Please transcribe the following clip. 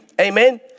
amen